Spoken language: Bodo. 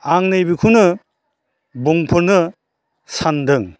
आं नैबेखौनो बुंफोरनो सानदों